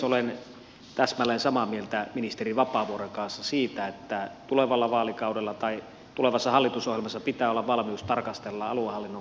olen täsmälleen samaa mieltä ministeri vapaavuoren kanssa siitä että tulevalla vaalikaudella tai tulevassa hallitusohjelmassa pitää olla valmius tarkastella aluehallinnon kokonaisuudistusta